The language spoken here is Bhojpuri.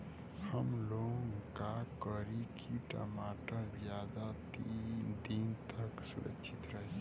हमलोग का करी की टमाटर ज्यादा दिन तक सुरक्षित रही?